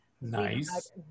Nice